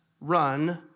run